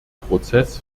prozess